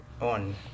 on